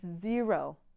zero